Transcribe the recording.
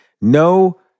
No